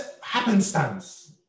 happenstance